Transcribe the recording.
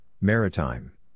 Maritime